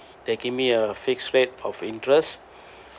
you give me a fixed rate of interest